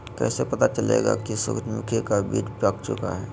कैसे पता चलेगा की सूरजमुखी का बिज पाक चूका है?